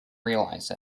realize